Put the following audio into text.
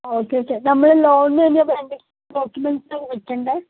okay okay നമ്മള് normal ബാങ്കില് documents വെക്കണ്ടേ